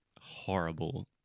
horrible